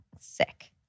Sick